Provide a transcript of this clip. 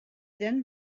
then